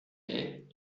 des